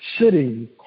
sitting